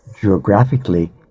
geographically